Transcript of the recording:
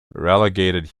relegated